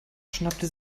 schnappte